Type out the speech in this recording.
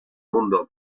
mundo